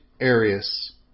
Arius